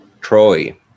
Troy